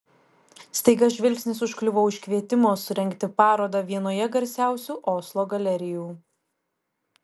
staiga žvilgsnis užkliuvo už kvietimo surengti parodą vienoje garsiausių oslo galerijų